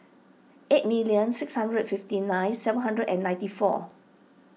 eight million six hundred fifty nine seven hundred and ninety four